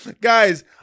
Guys